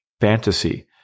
fantasy